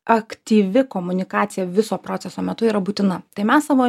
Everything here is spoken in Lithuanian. aktyvi komunikacija viso proceso metu yra būtina tai mes savo